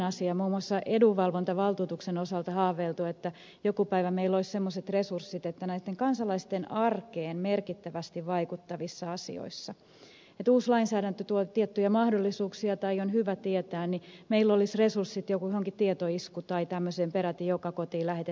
muun muassa edunvalvontavaltuutuksen osalta on haaveiltu että joku päivä meillä olisi semmoiset resurssit että näissä kansalaisten arkeen merkittävästi vaikuttavissa asioissa kun uusi lainsäädäntö tuo tiettyjä mahdollisuuksia tai jotain on hyvä tietää meillä olisi resurssit johonkin tietoiskuun tai tämmöiseen peräti joka kotiin lähetettävään tiedotteeseen